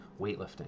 weightlifting